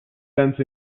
sense